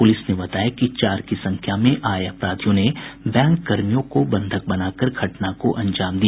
police ने बताया कि चार की संख्या में आये अपराधियों ने बैंक कर्मियों को बंधक बनाकर घटना को अंजाम दिया